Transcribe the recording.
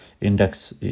index